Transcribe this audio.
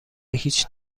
هیچ